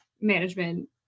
management